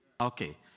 Okay